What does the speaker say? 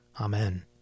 Amen